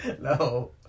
No